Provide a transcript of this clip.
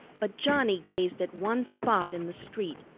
but johnnie gazed at one spot in the street,